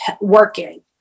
working